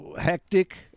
hectic